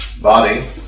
body